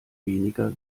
weniger